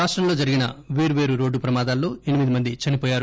రాష్టంలో జరిగిన పేర్వేరు రోడ్డు ప్రమాదాల్లో ఎనిమిది మంది చనిపోయారు